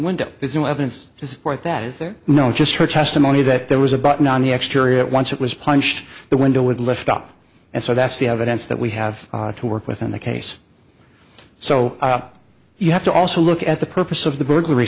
window there's no evidence to support that is there no just her testimony that there was a button on the exterior at once it was punched the window would lift up and so that's the evidence that we have to work with in the case so you have to also look at the purpose of the burglary